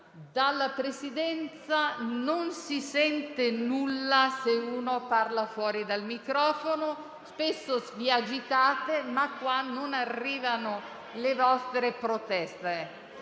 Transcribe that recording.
della Presidenza non si sente nulla, se uno parla fuori dal microfono. Spesso vi agitate, ma qui non arrivano le vostre proteste.